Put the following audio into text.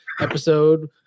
episode